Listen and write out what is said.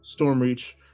Stormreach